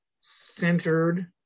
centered